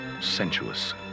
sensuous